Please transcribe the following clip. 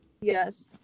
Yes